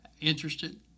interested